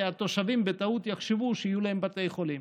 והתושבים יחשבו בטעות שיהיו להם בתי חולים.